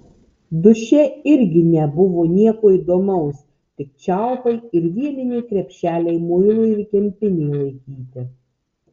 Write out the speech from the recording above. duše irgi nebuvo nieko įdomaus tik čiaupai ir vieliniai krepšeliai muilui ir kempinei laikyti